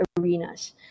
arenas